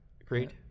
Agreed